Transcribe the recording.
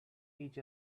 each